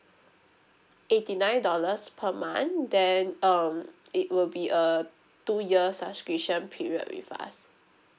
eighty nine dollars per month then um it will be a two year subscription period with us